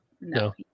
no